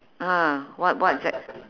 ah what what is that